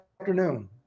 afternoon